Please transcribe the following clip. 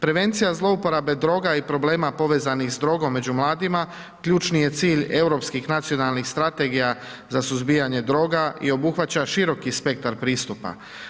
Prevencija zlouporabe droga i problema povezanih s drogom među mladima ključni je cilj europskih nacionalnih strategija za suzbijanje droga i obuhvaća široki spektar pristupa.